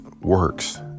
works